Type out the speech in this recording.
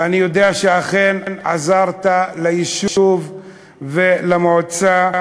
ואני יודע שאכן עזרת ליישוב ולמועצה,